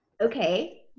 Okay